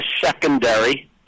secondary